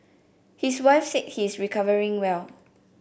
his wife said he is recovering well